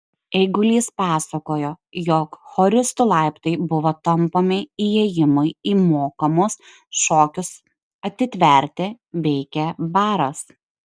eigulys pasakojo jog choristų laiptai buvo tampomi įėjimui į mokamus šokius atitverti veikė baras